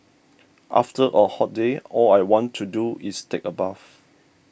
after a hot day all I want to do is take a bath